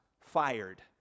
fired